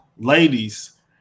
Ladies